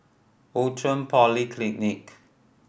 Outram Polyclinic